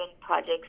projects